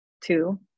Two